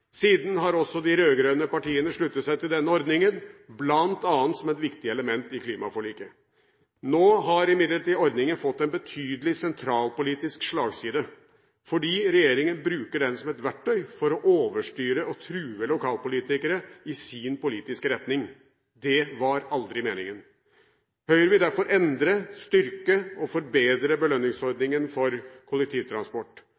Siden har også de rød-grønne partiene sluttet seg til denne ordningen, bl.a. som et viktig element i klimaforliket. Nå har imidlertid ordningen fått en betydelig sentralpolitisk slagside fordi regjeringen bruker den som et verktøy for å overstyre og true lokalpolitikere i sin politiske retning. Det var aldri meningen. Høyre vil derfor endre, styrke og forbedre